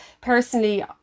personally